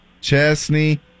Chesney